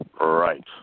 Right